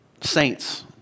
Saints